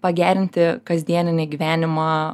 pagerinti kasdieninį gyvenimą